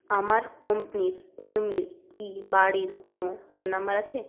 আমার কোম্পানির কর্মীর কি বাড়ির কোনও ফোন নাম্বার আছে